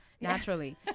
Naturally